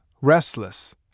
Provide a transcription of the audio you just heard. restless